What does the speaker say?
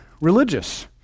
religious